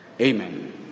Amen